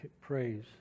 Praise